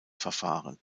verfahren